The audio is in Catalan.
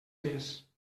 més